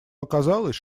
оказалось